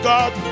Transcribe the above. God